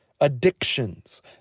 addictions